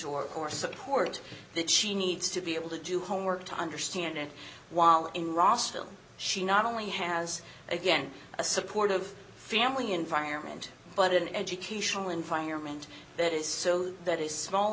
or or support that she needs to be able to do homework to understand it while in rossville she not only has again a supportive family environment but an educational environment that is so that is small